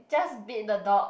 just beat the dog